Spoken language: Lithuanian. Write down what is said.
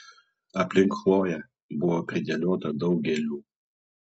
aplink chloję buvo pridėliota daug gėlių